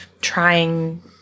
trying